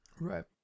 right